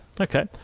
okay